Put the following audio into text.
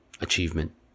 achievement